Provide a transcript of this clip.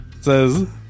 says